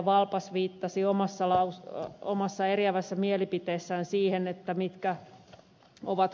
valpas viittasi omassa eriävässä mielipiteessään siihen että mitkä ovat